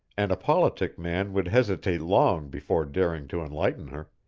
and a politic man would hesitate long before daring to enlighten her.